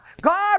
God